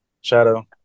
Shadow